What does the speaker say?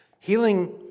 Healing